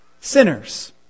Sinners